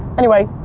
anyway,